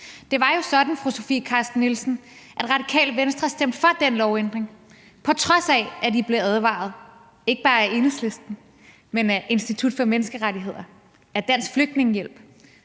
Carsten Nielsen, at Radikale Venstre stemte for den lovændring, på trods af at I blev advaret ikke bare af Enhedslisten, men også af Institut for Menneskerettigheder og af Dansk Flygtningehjælp.